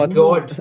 god